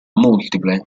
multiple